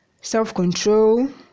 self-control